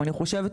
אני חושבת,